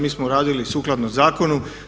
Mi smo radili sukladno zakonu.